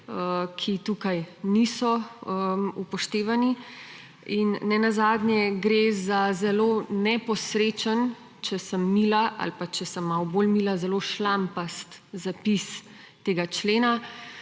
ki tu niso upoštevana. Nenazadnje gre za zelo neposrečen, če sem mila ali pa če sem malce bolj mila, zelo šlampast zapis tega člena.